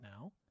now